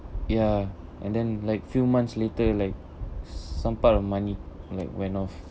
ya and then like few months later like some part of money like went off